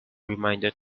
reminded